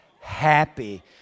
happy